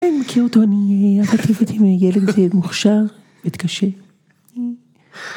‫אני מכיר אותו, ‫אני... אם הילד הזה מוכשר, עובד קשה.